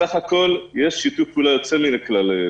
בסך הכול יש שיתוף פעולה יוצא מן הכלל,